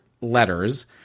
letters